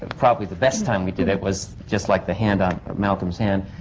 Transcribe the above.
probably the best time we did it was just like the hand on. malcolm's hand.